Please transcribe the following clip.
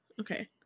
Okay